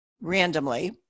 randomly